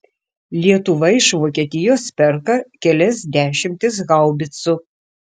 lietuva iš vokietijos perka kelias dešimtis haubicų